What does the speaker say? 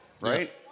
right